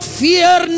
fear